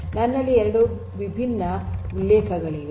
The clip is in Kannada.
ನನ್ನಲ್ಲಿ ಎರಡು ವಿಭಿನ್ನ ಉಲ್ಲೇಖಗಳಿವೆ